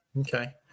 okay